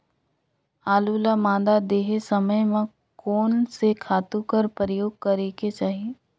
आलू ल मादा देहे समय म कोन से खातु कर प्रयोग करेके चाही?